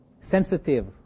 sensitive